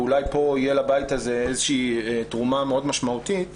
אולי בעניין זה תהיה לבית הזה תרומה משמעותית מאוד.